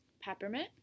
peppermint